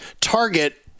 Target